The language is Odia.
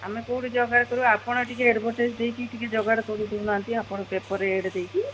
ଆମେ କେଉଁଠି ଯୋଗାଡ଼ କରିବୁ ଆପଣ ଟିକିଏ ଏଡ଼୍ଭଟାଇଜ୍ ଦେଇକି ଟିକିଏ ଯୋଗାଡ଼ କରିଦେଉନାହାନ୍ତି ଆପଣ ପେପର୍ରେ ଏଡ଼୍ ଦେଇକି